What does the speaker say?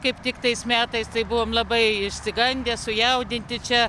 kaip tik tais metais tai buvom labai išsigandę sujaudinti čia